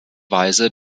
weise